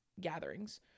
gatherings